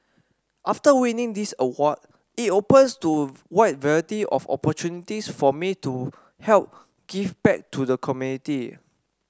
after winning this award it opens to a wide variety of opportunities for me to help give back to the community